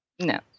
No